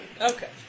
Okay